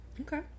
Okay